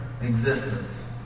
existence